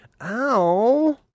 Ow